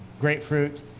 grapefruit